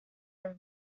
are